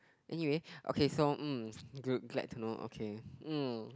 anyway okay so hmm good glad to know okay hmm